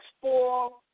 four